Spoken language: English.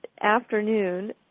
afternoon